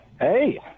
Hey